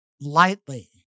lightly